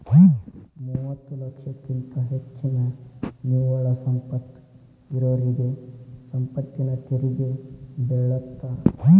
ಮೂವತ್ತ ಲಕ್ಷಕ್ಕಿಂತ ಹೆಚ್ಚಿನ ನಿವ್ವಳ ಸಂಪತ್ತ ಇರೋರಿಗಿ ಸಂಪತ್ತಿನ ತೆರಿಗಿ ಬೇಳತ್ತ